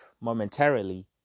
momentarily